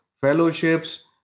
fellowships